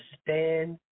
stand